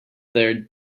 there